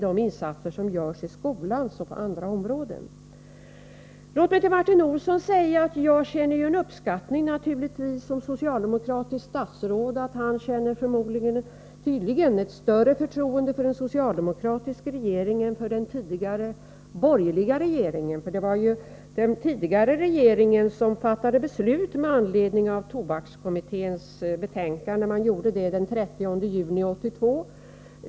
Låt mig till Martin Olsson säga att jag naturligtvis som socialdemokratiskt statsråd känner mig uppskattad när han tydligen känner ett större förtroende för den socialdemokratiska regeringen än för den tidigare borgerliga regeringen. Det var ju den tidigare regeringen som fattade beslut med anledning av tobakskommitténs betänkande. Det skedde den 30 juni 1982.